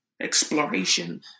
exploration